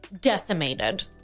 decimated